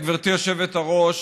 גברתי היושבת-ראש,